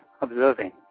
observing